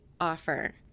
offer